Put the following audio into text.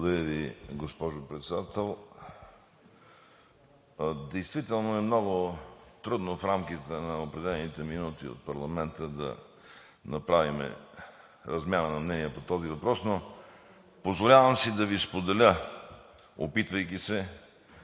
Благодаря Ви, госпожо Председател. Действително е много трудно в рамките на определените минути от парламента да направим размяна на мнения по този въпрос, но си позволявам да Ви споделя, опитвайки се